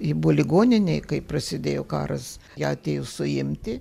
ji buvo ligoninėj kai prasidėjo karas ją atėjo suimti